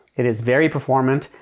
it is very performant.